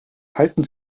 halten